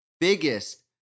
biggest